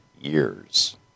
years